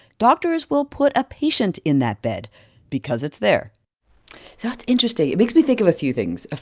doctors will put a patient in that bed because it's there that's interesting. it makes me think of a few things.